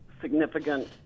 significant